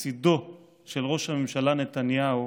לצידו של ראש הממשלה נתניהו